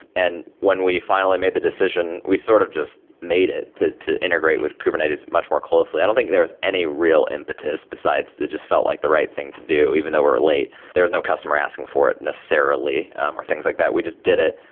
and when we finally made the decision, we sort of just made it to to integrate with kubernetes much more closely. i don't think there's any real impetus besides they just felt like the right thing to do, even though we're late. there's no customer asking for it necessarily or things like that. we just did it.